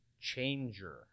changer